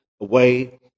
away